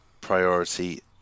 priority